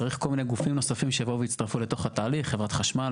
צריך כל מיני גופים נוספים שיבואו ויצטרפו לתוך התהליך: חברת חשמל,